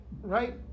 right